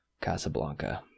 Casablanca